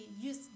use